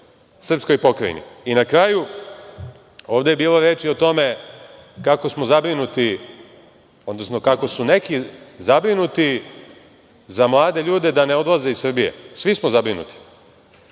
srpskoj pokrajini. Na kraju, ovde je bilo reči o tome kako smo zabrinuti, odnosno kako su neki zabrinuti za mlade ljude da ne odlaze iz Srbije. Svi smo zabrinuti.